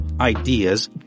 ideas